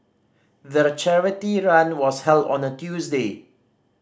the charity run was held on a Tuesday